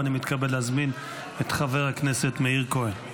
ואני מתכבד להזמין את חבר הכנסת מאיר כהן.